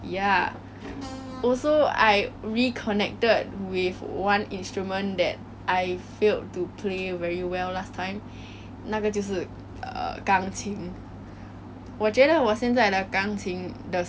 because mainly I can play err by ear what what does play by ear means is that when you listen to a song 你就可以弹出来那个 melody